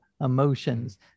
emotions